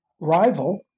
rival